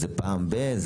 זה פעם ב-?